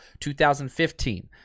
2015